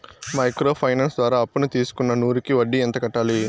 Micro finance ద్వారా అప్పును తీసుకున్న నూరు కి వడ్డీ ఎంత కట్టాలి?